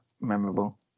memorable